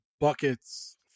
buckets